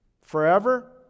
forever